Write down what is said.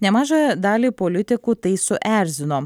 nemažą dalį politikų tai suerzino